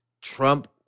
Trump